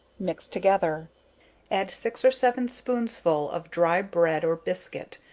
mix together add six or seven spoonsful of dry bread or biscuit,